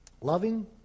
Loving